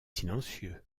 silencieux